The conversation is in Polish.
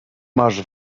masz